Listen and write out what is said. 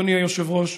אדוני היושב-ראש,